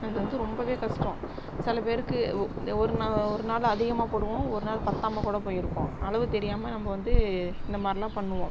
அது வந்து ரொம்பவே கஷ்டம் சில பேருக்கு ஒர் ஒரு நாள் ஒரு நாள் அதிகமாக போடுவோம் ஒரு நாள் பத்தாமால் கூட போயிருக்கும் அளவு தெரியாமல் நம்ம வந்து இந்தமாதிரிலாம் பண்ணுவோம்